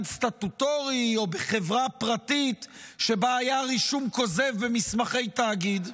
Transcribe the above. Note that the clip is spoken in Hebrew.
סטטוטורי או בחברה פרטית שבה היה רישום כוזב במסמכי תאגיד?